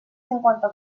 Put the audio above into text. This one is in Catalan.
cinquanta